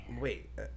Wait